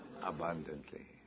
abundantly